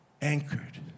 anchored